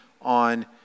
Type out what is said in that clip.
on